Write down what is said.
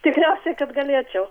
tikriausiai kad galėčiau